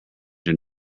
your